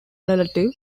relative